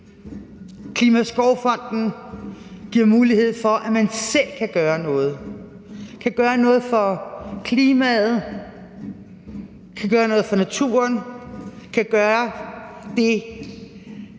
Klimaskovfonden giver mulighed for, at man selv kan gøre noget, kan gøre noget for klimaet, kan gøre noget for naturen, kan gøre det,